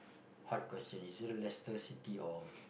hard question you say Leicester-City or